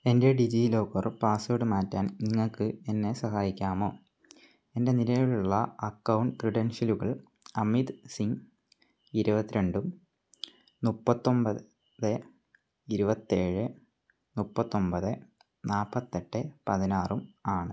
എൻ്റെ DigiLocker password മാറ്റാൻ നിങ്ങൾക്ക് എന്നെ സഹായിക്കാമോ എൻ്റെ നിലവിലുള്ള അക്കൗണ്ട് ക്രെഡൻഷ്യലുകൾ അമിത് സിങ് ഇരുപത്തി രണ്ടും മുപ്പത്തി ഒമ്പത് ഇരുപത്തി ഏഴ് മുപ്പത്തി ഒമ്പത് നാൽപ്പത്തി എട്ട് പതിനാറും ആണ്